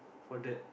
for that